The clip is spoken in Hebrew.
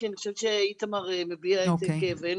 כי אני חושבת שאיתמר מביע את כאבנו